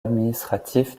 administratif